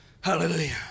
Hallelujah